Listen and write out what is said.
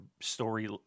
story